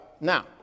Now